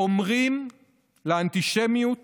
אומרים לאנטישמיות